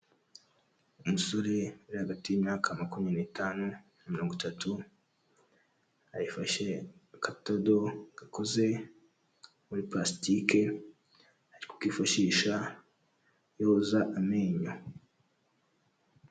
Umusore uri hagati y'imyaka makumyabiri n'itanu na mirongo itatu, afashe akadodo gakoze muri palasitike, ari kukifashisha yoza amenyo.